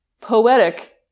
poetic